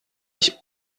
ich